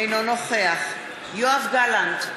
אינו נוכח יואב גלנט,